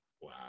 Wow